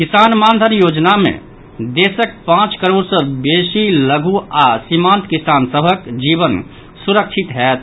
किसान मानधन योजना मे देशक पांच करोड़ सॅ बेसी लघु आओर सीमांत किसान सभक जीवन सुरक्षित होयत